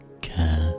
care